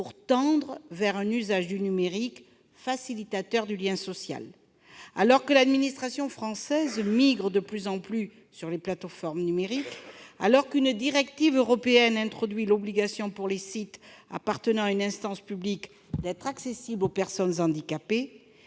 tendre vers un usage du numérique facilitant le lien social. Alors que l'administration française migre de plus en plus vers des services numériques, alors qu'une directive européenne introduit l'obligation, pour les sites appartenant à une instance publique, d'être accessibles aux personnes handicapées,